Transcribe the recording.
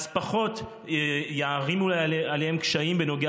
אז פחות יערימו עליהם קשיים בנוגע